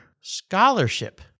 scholarship